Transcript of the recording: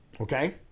Okay